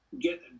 get